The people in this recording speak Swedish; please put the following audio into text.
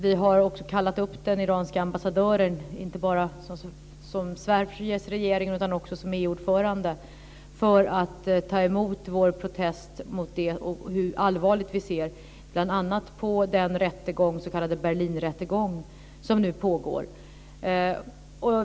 Vi har kallat upp den iranska ambassadören - inte bara som Sveriges regering utan också som EU ordförande - för att ta emot vår protest mot detta och tala om hur allvarligt vi ser på det hela. Det gäller bl.a. den s.k. Berlinrättegång som nu pågår.